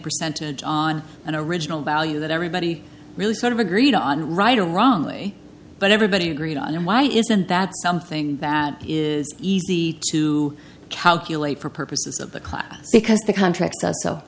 percentage and original value that everybody really sort of agreed on right or wrong way but everybody agreed and why isn't that something bad is easy to calculate for purposes of the class because the contract